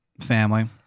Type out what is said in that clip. family